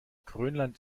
grönland